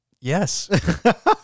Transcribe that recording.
Yes